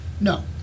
No